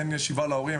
אין מקומות ישיבה להורים.